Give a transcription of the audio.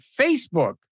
Facebook